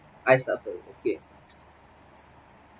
I start first okay